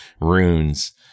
runes